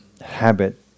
habit